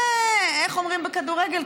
ואיך אומרים בכדורגל,